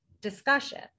discussion